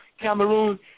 Cameroon